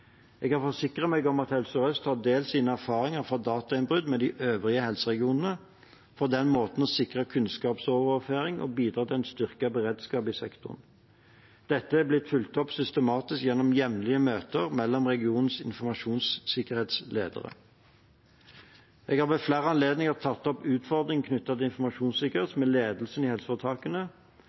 Jeg har forsikret meg om at Helse Sør Øst har delt sine erfaringer fra datainnbruddet med de øvrige helseregionene, for på den måten å sikre kunnskapsoverføring og bidra til en styrket beredskap i sektoren. Dette har blitt fulgt opp systematisk gjennom jevnlige møter mellom regionenes informasjonssikkerhetsledere. Jeg har ved flere anledninger tatt opp utfordringene knyttet til informasjonssikkerhet med ledelsen i helseforetakene,